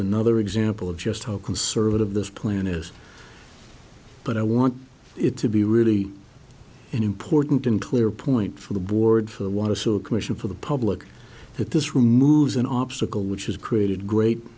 another example of just how conservative this plan is but i want it to be really important in clear point for the board for want to a commission for the public that this removes an obstacle which has created great